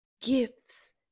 gifts